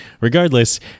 regardless